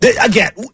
Again